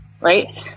right